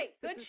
good